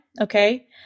okay